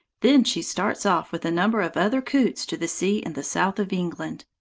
then she starts off with a number of other coots to the sea in the south of england,